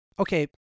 Okay